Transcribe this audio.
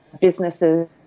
businesses